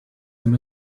them